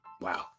Wow